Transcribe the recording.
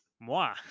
Moi